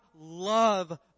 love